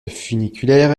funiculaire